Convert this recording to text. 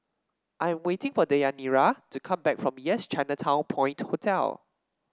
I'm waiting for Deyanira to come back from Yes Chinatown Point Hotel